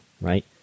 right